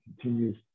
continues